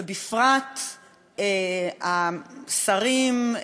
ובפרט השרים,